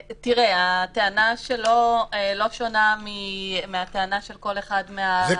הטענה שלו לא שונה מהטענה של כל אחד מהגופים.